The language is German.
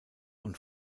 und